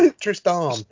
Tristan